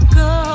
go